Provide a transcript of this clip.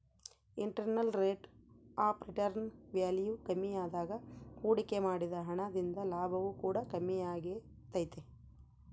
internal rate of return value ಕಮ್ಮಿಯಾದಾಗ ಹೂಡಿಕೆ ಮಾಡಿದ ಹಣ ದಿಂದ ಲಾಭವು ಕೂಡ ಕಮ್ಮಿಯಾಗೆ ತೈತೆ